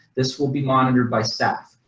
this will be monitored by staff.